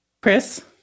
Chris